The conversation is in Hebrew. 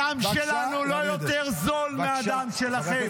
הדם שלנו לא יותר זול מהדם שלכם.